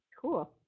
Cool